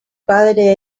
padre